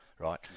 Right